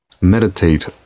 meditate